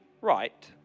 right